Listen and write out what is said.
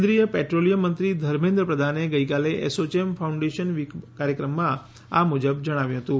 કેન્દ્રીય પેટ્રોલીયમ મંત્રી ધર્મેન્દ્ર પ્રધાને ગઈકાલે એસોચેમ ફાઉન્ડેશન વીક કાર્યક્રમમાં આ મુજબ જણાવ્યું હતું